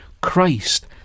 Christ